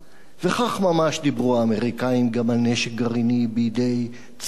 וכך ממש דיברו האמריקנים גם על נשק גרעיני בידי צפון-קוריאה.